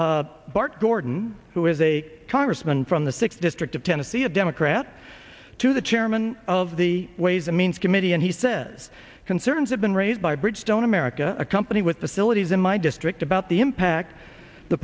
from bart gordon who is a congressman from the sixth district of tennessee a democrat to the chairman of the ways and means committee and he says concerns have been raised by bridgestone america a company with the philippines in my district about the impact the